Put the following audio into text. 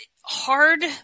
hard